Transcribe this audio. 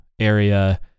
area